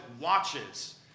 watches